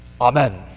Amen